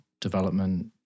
development